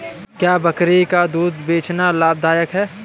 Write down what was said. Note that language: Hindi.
क्या बकरी का दूध बेचना लाभदायक है?